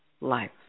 life